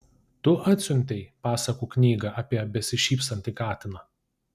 tu atsiuntei pasakų knygą apie besišypsantį katiną